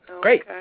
great